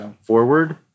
forward